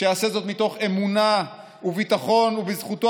שיעשה זאת מתוך אמונה וביטחון בזכותו